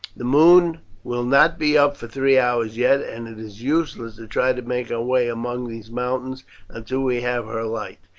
the moon will not be up for three hours yet, and it is useless to try to make our way among these mountains until we have her light,